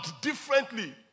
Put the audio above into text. differently